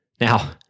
Now